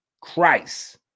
Christ